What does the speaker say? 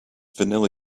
vanilla